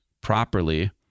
properly